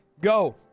Go